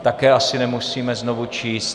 Také asi nemusíme znovu číst.